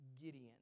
Gideon